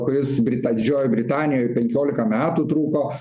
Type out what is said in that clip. kuris britą didžiojoj britanijoj penkiolika metų truko